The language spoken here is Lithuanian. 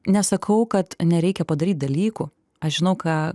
nesakau kad nereikia padaryt dalykų aš žinau ką